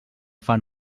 fan